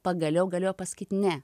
pagaliau galėjo pasakyt ne